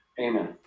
Amen